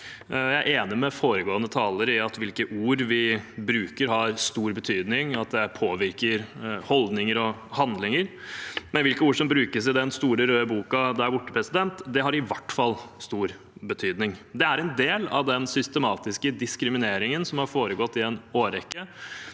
Jeg er enig med foregående taler i at hvilke ord vi bruker, har stor betydning, og at det påvirker holdninger og handlinger, men hvilke ord som brukes i den store røde boken der borte, har i hvert fall stor betydning. Det er en del av den systematiske diskrimineringen som har foregått i en årrekke